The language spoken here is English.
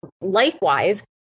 life-wise